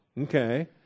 okay